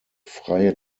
freie